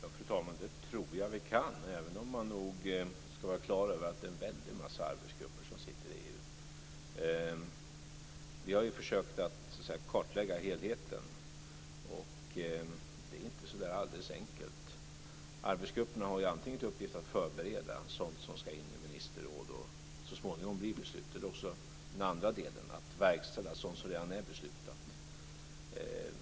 Fru talman! Ja, det tror jag att vi kan, även om man nog ska vara klar över att det är en väldig massa arbetsgrupper i EU. Vi har försökt att kartlägga helheten och det är inte alldeles enkelt. Arbetsgrupperna har i uppgift antingen att förbereda sådant som ska in i ministerråd och så småningom bli beslut eller också - den andra delen - att verkställa sådant som redan är beslutat.